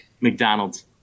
McDonald's